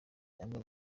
amwe